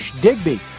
Digby